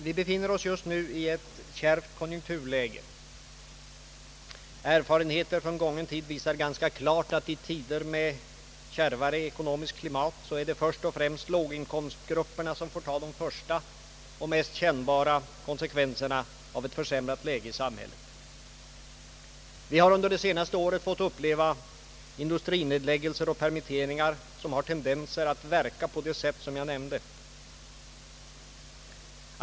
Vi befinner oss just nu i ett kärvt konjunkturläge. Erfarenheter från gången tid visar ganska klart, att det i tider av kärvare ekonomiskt klimat först och främst är låginkomstgrupperna som får ta de första och mest kännbara konsekvenserna av ett försämrat läge i samhället. Vi har under det senaste året fått uppleva industrinedläggelser och permitteringar, som visar tendenser att ge sådana verkningar som jag nämnt.